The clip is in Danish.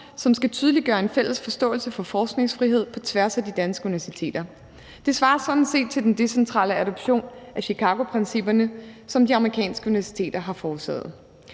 som skal tydeliggøre en fælles forståelse af forskningsfrihed på tværs af de danske universiteter. Det svarer sådan set til den decentrale adoption af Chicagoprincipperne, som de amerikanske universiteter har foretaget.